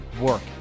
work